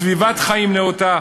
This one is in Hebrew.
מסביבת חיים נאותה,